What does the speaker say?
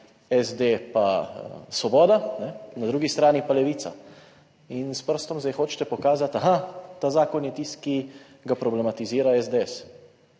SD pa Svoboda, na drugi strani pa Levica. In s prstom zdaj hočete pokazati, aha, ta zakon je tisti, ki ga problematizira SDS.